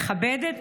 מכבדת,